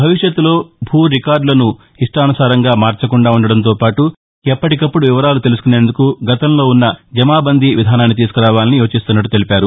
భవిష్యత్ లో భూమి రికార్డులను ఇష్టానుసారంగా మార్చకుండా ఉండటంతో పాటు ఎప్పటికప్పుడు వివరాలు తెలుసుకునుందుకు గతంలో ఉన్న జమాబందీ విధానాన్ని తీసుకురావాలని యోచిస్తున్నట్లు తెలిపారు